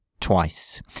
twice